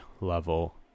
level